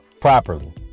properly